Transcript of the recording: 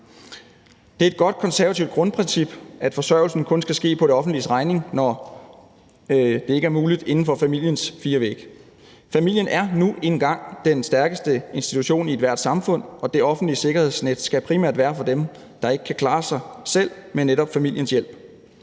Det er et godt konservativt grundprincip, at forsørgelsen kun skal ske på det offentliges regning, når det ikke er muligt inden for familiens fire vægge. Familien er nu engang den stærkeste institution i ethvert samfund, og det offentlige sikkerhedsnet skal primært være for dem, der ikke kan klare sig selv med netop familiens hjælp.